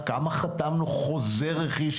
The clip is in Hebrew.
אגב, אריק שרון נתן ליזמים ערבות על דיור בר השגה